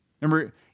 Remember